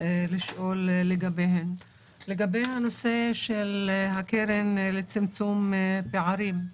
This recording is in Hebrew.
לגבי הנושא של הקרן לצמצום פערים,